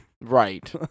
Right